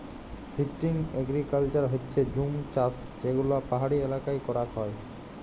shifting agriculture হচ্যে জুম চাষযেগুলা পাহাড়ি এলাকায় করাক হয়